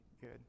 good